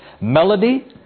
melody